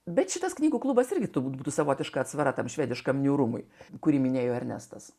bet šitas knygų klubas irgi turbūt būtų savotiška atsvara tam švediškam niūrumui kurį minėjo ernestas